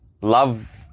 love